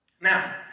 Now